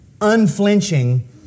unflinching